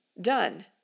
done